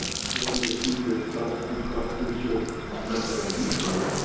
until you receive your excellus bluecross blueshield member id card,